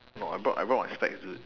no I brought I brought my specs dude